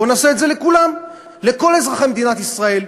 בוא נעשה את זה לכולם, לכל אזרחי מדינת ישראל.